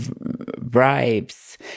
bribes